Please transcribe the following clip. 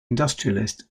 industrialist